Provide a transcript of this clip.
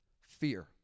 Fear